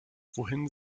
wohin